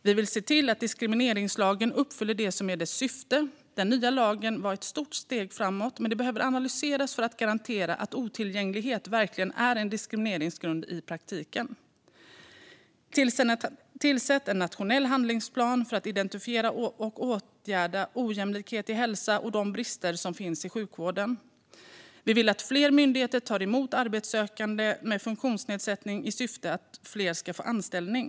Vi vill se till att diskrimineringslagen uppfyller det som är dess syfte. Den nya lagen var ett stort steg framåt, men den behöver analyseras för att garantera att otillgänglighet verkligen är en diskrimineringsgrund i praktiken. Vi vill att man tillsätter en nationell handlingsplan för att identifiera och åtgärda ojämlikhet i hälsa och de brister som finns i sjukvården. Vi vill att fler myndigheter tar emot arbetssökande med funktionsnedsättning i syfte att fler ska få anställning.